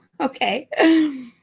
okay